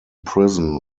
prison